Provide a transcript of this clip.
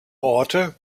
orte